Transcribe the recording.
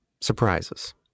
surprises